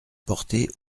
portée